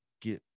get